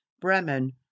bremen